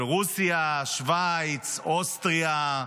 של רוסיה, שווייץ, אוסטריה,